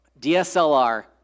DSLR